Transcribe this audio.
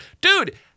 Dude